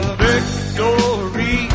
victory